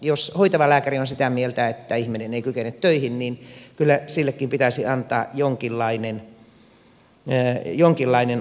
jos hoitava lääkäri on sitä mieltä että ihminen ei kykene töihin niin kyllä sillekin pitäisi antaa jonkinlainen arvo